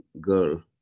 girl